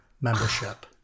membership